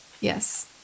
yes